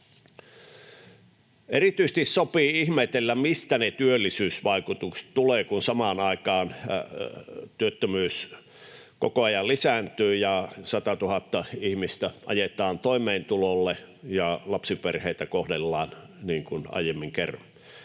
Erityisesti sopii ihmetellä, mistä ne työllisyysvaikutukset tulevat, kun samaan aikaan työttömyys koko ajan lisääntyy ja 100 000 ihmistä ajetaan toimeentulotuelle ja lapsiperheitä kohdellaan niin kuin aiemmin kerroin.